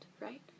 right